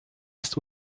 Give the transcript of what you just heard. ist